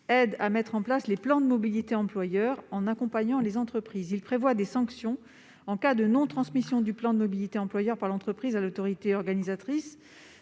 aident à mettre en place les plans de mobilité employeur en accompagnant les entreprises. Il prévoit des sanctions en cas de non-transmission du plan de mobilité employeur par l'entreprise à l'autorité organisatrice